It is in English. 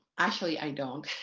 actually, i don't.